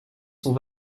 sont